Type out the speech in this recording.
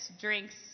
drinks